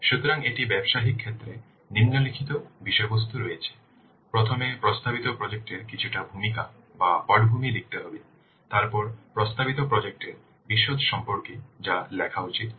সুতরাং একটি ব্যবসায়িক ক্ষেত্রে নিম্নলিখিত বিষয়বস্তুরয়েছে প্রথমে প্রস্তাবিত প্রজেক্ট এর কিছুটা ভূমিকা বা পটভূমি লিখতে হবে তারপরে প্রস্তাবিত প্রজেক্ট এর বিশদ সম্পর্কে যা লেখা উচিত